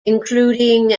including